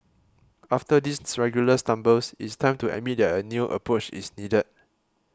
after these regular stumbles it's time to admit a new approach is needed